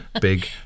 big